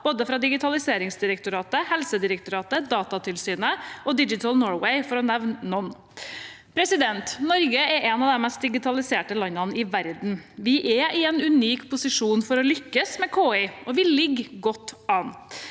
både Digitaliseringsdirektoratet, Helsedirektoratet, Datatilsynet og Digital Norway, for å nevne noen. Norge er et av de mest digitaliserte landene i verden. Vi er i en unik posisjon for å lykkes med KI. Vi ligger også godt an.